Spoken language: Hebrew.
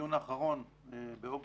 בדיון האחרון, באוגוסט,